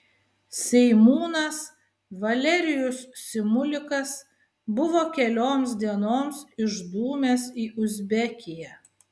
seimūnas valerijus simulikas buvo kelioms dienoms išdūmęs į uzbekiją